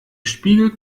spiegel